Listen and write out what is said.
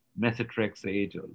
methotrexate